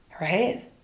right